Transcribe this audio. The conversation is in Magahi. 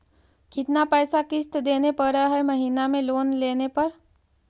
कितना पैसा किस्त देने पड़ है महीना में लोन लेने पर?